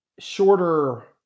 shorter